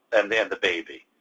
and then the baby.